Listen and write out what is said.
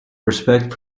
respect